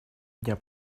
дня